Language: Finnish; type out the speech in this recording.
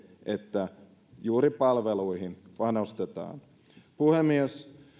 että juuri palveluihin panostetaan kuten hallitus tekee puhemies